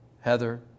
Heather